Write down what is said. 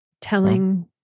telling